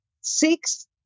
six